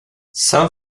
some